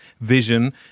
vision